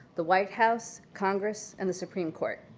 the white house congress and the supreme court.